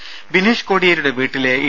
രുര ബിനീഷ് കൊടിയേരിയുടെ വീട്ടിലെ ഇ